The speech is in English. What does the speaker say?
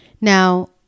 Now